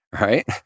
right